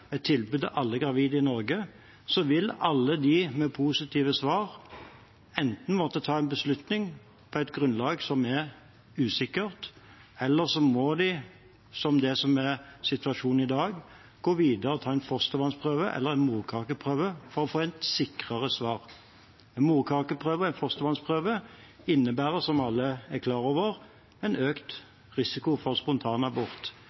alle gravide i Norge, vil alle med positive svar enten måtte ta en beslutning på et grunnlag som er usikkert, eller så må de – som er det som er situasjonen i dag – gå videre og ta en fostervannsprøve eller en morkakeprøve for å få et sikrere svar. En morkakeprøve og en fostervannsprøve innebærer, som alle er klar over, en